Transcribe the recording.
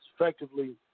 effectively